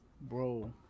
Bro